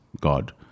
god